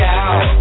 out